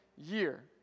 Year